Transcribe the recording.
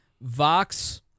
Vox